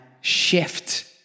shift